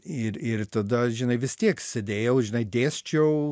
ir ir tada žinai vis tiek sėdėjau žinai dėsčiau